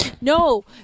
no